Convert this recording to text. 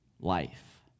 life